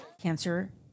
Cancer